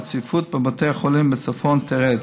והצפיפות בבתי החולים בצפון תרד,